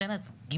לכן את גבורה.